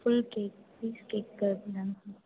full cake piece cake